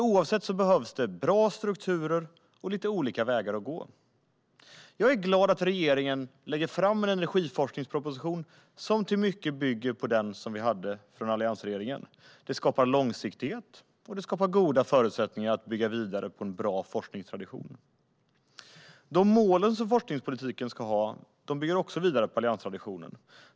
Oavsett vad behövs det bra strukturer och lite olika vägar att gå. Jag är glad att regeringen lägger fram en energiforskningsproposition som i mycket bygger på den från alliansregeringen. Det skapar långsiktighet och goda förutsättningar att bygga vidare på en bra forskningstradition. Även forskningspolitikens mål bygger vidare på traditionen från Alliansen.